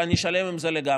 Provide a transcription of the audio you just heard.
ואני שלם עם זה לגמרי,